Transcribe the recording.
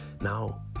now